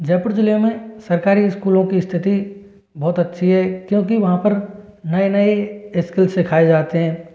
जयपुर जिले में सरकारी स्कूलों की स्थिति बहुत अच्छी है क्योंकि वहाँ पर नए नए स्केल सिखाय जाते हैं